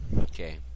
Okay